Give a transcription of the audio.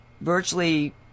virtually